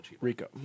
Rico